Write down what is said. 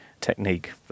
technique